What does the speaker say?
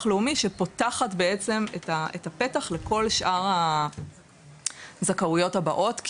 לאומי שפותחת בעצם את הפתח לכל שאר הזכאויות הבאות,